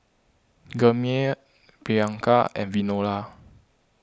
Gurmeet Priyanka and